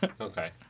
Okay